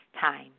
time